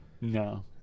No